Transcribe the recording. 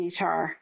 HR